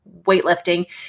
weightlifting